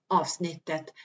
avsnittet